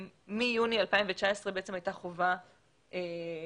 אנחנו אומרים שמיוני 2019 הייתה חובה שמי